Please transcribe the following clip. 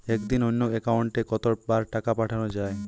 একদিনে অন্য একাউন্টে কত বার টাকা পাঠানো য়ায়?